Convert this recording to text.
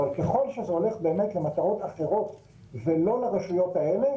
אבל ככל שזה הולך למטרות אחרות ולא לרשויות האלה,